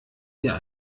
dir